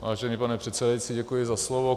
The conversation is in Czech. Vážený pane předsedající, děkuji za slovo.